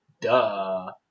duh